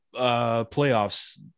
playoffs